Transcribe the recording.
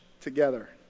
together